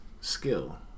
skill